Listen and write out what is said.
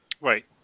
Right